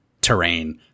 terrain